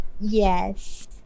Yes